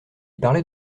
parlait